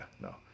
no